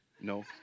No